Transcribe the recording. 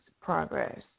progress